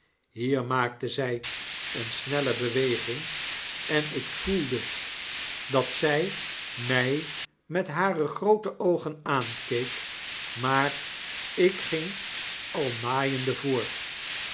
hier maakte zij eene snelle beweging en ik voelde juffrouw lffirtpek en haee commensalen dat zy mij met hare groote oogen aankeek maar ik ging al naaiende voort